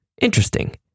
interesting